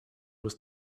was